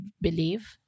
believe